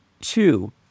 two